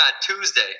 Tuesday